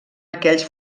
aquells